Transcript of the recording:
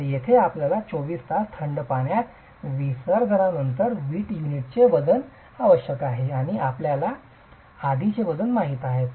तर येथे आपल्याला 24 तास थंड पाण्यात विसर्जनानंतर वीट युनिटचे वजन आवश्यक आहे आणि आपल्याला आधीचे वजन माहित आहे